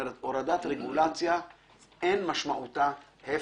הורדת רגולציה אין משמעותה הפקר.